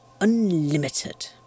unlimited